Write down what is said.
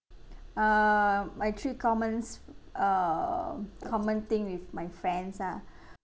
err my three commons err common thing with my friends ah